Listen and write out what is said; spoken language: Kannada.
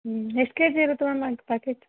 ಹ್ಞೂ ಎಷ್ಟು ಕೆಜಿ ಇರುತ್ತೆ ಮ್ಯಾಮ್ ಅದು ಪ್ಯಾಕೆಟ್